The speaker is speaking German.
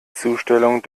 zustellung